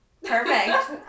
Perfect